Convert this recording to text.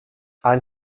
ein